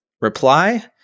reply